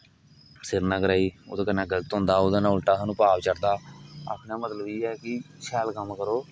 श्रीनगरे गी ओह्दे कन्नै गल्त होंदा ओहदे कन्नै उल्टा सानू पाप चढ़दा आक्खने दा मतलब इयै है कि शैल कम्म करो